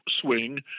swing